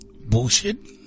Bullshit